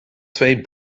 twee